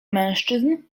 mężczyzn